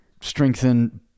strengthen